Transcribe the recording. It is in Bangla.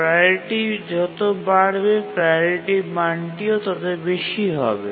প্রাওরিটি যত বাড়বে প্রাওরিটি মানটিও তত বেশি হবে